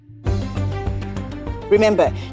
Remember